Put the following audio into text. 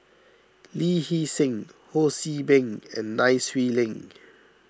Lee Hee Seng Ho See Beng and Nai Swee Leng